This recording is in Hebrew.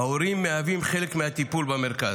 ההורים מהווים חלק מהטיפול במרכז,